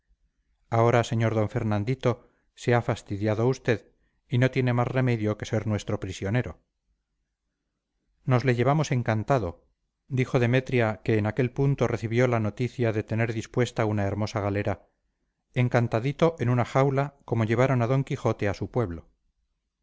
ahora sr d fernandito se ha fastidiado usted y no tiene más remedio que ser nuestro prisionero nos le llevamos encantado dijo demetria que en aquel punto recibió la noticia de tener dispuesta una hermosa galera encantadito en una jaula como llevaron a d quijote a su pueblo